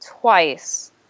twice